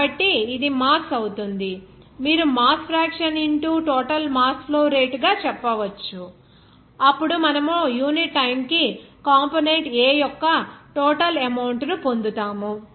కాబట్టి ఇది మాస్ అవుతుంది మీరు mass fraction into total mass flow rate గా చెప్పవచ్చు అప్పుడు మనము యూనిట్ టైమ్ కి కంపోనెంట్ A యొక్క టోటల్ అమౌంట్ ని పొందుతాము